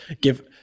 Give